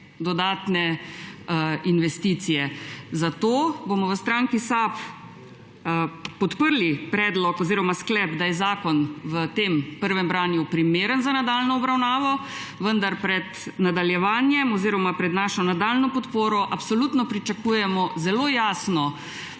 dodatne investicije, zato bomo v stranki SAB podprli sklep, da je zakon v prvem branju primeren za nadaljnjo obravnavo, vendar pred nadaljevanjem oziroma pred našo nadaljnjo podporo absolutno pričakujemo zelo jasno